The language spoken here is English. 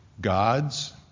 God's